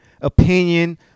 opinion